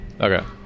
Okay